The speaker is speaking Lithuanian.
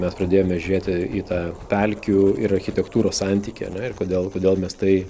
mes pradėjome žiūrėti į tą pelkių ir architektūros santykį ir kodėl kodėl mes tai